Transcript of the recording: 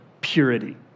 purity